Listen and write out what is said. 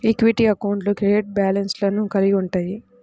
equity అకౌంట్లు credit బ్యాలెన్స్లను కలిగి ఉంటయ్యి